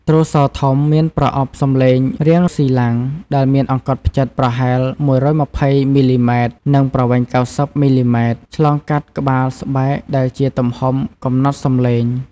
ទ្រសោធំ មានប្រអប់សំឡេងរាងស៊ីឡាំង ដែលមានអង្កត់ផ្ចិតប្រហែល ១២០ មីលីម៉ែត្រ និងប្រវែង ៩០ មីលីម៉ែត្រ ឆ្លងកាត់ក្បាលស្បែក ដែលជាទំហំកំណត់សម្លេង។